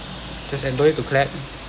just end don't need to clap